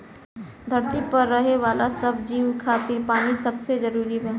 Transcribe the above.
धरती पर रहे वाला सब जीव खातिर पानी सबसे जरूरी बा